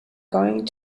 going